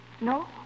No